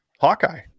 Hawkeye